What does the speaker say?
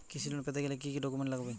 কৃষি লোন পেতে গেলে কি কি ডকুমেন্ট লাগবে?